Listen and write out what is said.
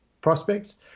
prospects